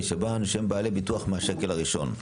שב"ן שהם בעלי ביטוח מהשקל הראשון,